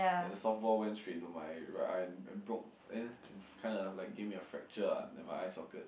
ya the softball went straight into my right eye I broke eh it just kind of like gave me a fracture ah like my eye socket